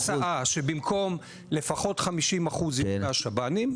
אני הצעתי את ההצעה שבמקום לפחות 50% יהיו משב"נים,